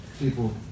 people